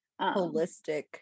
Holistic